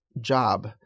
job